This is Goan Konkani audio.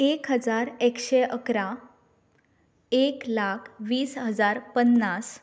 एक हजार एकशें अकरा एक लाख वीस हजार पन्नास